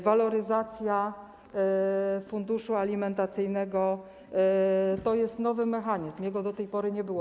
Waloryzacja funduszu alimentacyjnego to jest nowy mechanizm, jego do tej pory nie było.